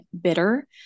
bitter